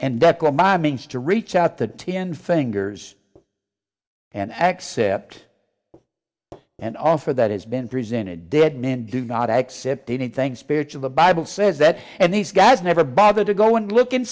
my means to reach out the ten fingers and accept an offer that has been presented dead men do not accept anything spiritual the bible says that and these guys never bother to go and look and